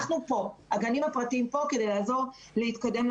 אנחנו כאן, הגנים הפרטיים כאן כדי לעזור להתקדם.